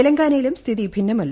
തെലങ്കാനയിലും സ്ഥിതി ഭിന്നമല്ല